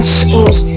schools